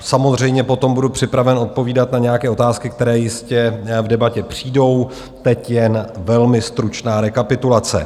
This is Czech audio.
Samozřejmě potom budu připraven odpovídat na nějaké otázky, které jistě v debatě přijdou, teď jen velmi stručná rekapitulace.